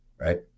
right